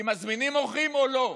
אם מזמינים אורחים או לא,